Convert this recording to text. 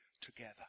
together